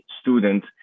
student